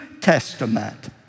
Testament